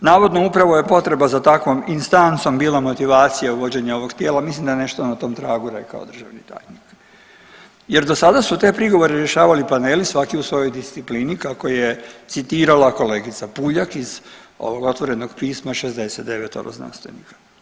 Navodno upravo je potreba za takvom instancom bila motivacija vođenja ovog tijela, mislim da je nešto na tom tragu rekao državni tajnik jer do sada su te prigovore rješavali paneli svaki u svojoj disciplini kako je citirala kolegica Puljak iz ovog otvorenog pisama 69. znanstvenika.